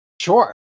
sure